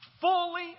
fully